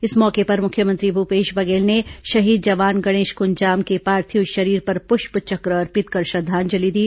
इस मौके पर मुख्यमंत्री भूपेश बघेल ने शहीद जवान गणेश कुंजाम के पार्थिव शरीर पर पुष्पचक्र अर्पित कर श्रद्वांजलि दी